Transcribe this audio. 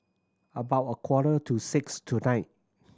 about a quarter to six tonight